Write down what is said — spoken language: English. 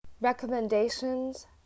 recommendations